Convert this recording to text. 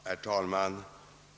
Herr talman!